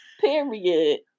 Period